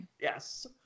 Yes